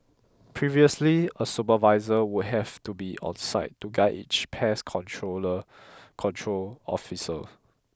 previously a supervisor would have to be on site to guide each pest controller control officer